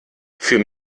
für